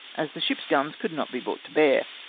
as the ship's guns could not be brought to bear.